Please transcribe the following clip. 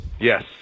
yes